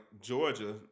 Georgia